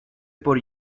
por